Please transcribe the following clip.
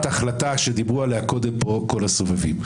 החלטה שדיברו עליה קודם פה כל הסובבים.